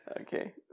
Okay